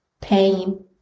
pain